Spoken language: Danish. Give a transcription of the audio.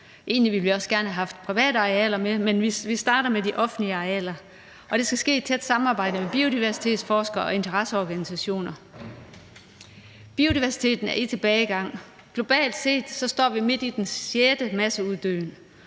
Egentlig ville vi også gerne have haft private arealer med, men vi starter med de offentlige arealer. Det skal ske i et tæt samarbejde med biodiversitetsforskere og interesseorganisationer. Biodiversiteten er i tilbagegang. Globalt set står vi midt i den sjette masseuddøen.